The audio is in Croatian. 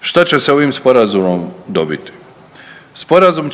Šta će se ovim Sporazumom dobiti? Sporazum